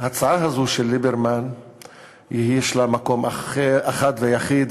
שההצעה הזו של ליברמן יש לה מקום אחד ויחיד,